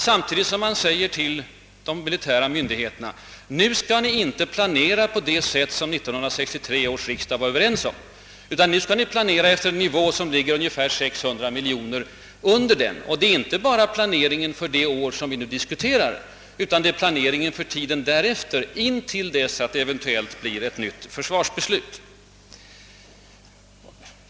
Samtidigt säger man till de militära myndigheterna: Nu skall ni inte planera på det sätt som 1963 års riksdag var överens om, utan för en nivå som ligger ungefär 600 miljoner kronor under denna och inte bara för det år vi nu diskuterar utan för tiden därefter, intill dess att det eventuellt fattas ett nytt försvarsbeslut.